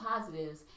positives